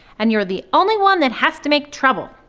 and you're the only one that has to make trouble!